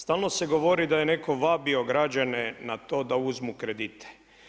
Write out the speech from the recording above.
Stalno se govori da je netko vabio građane na to da uzmu kredite.